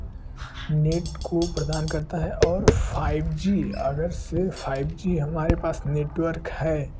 net को प्रदान करता है और फाइव जी अगर से फाइव जी हमारे पास नेटवर्क है